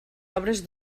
obres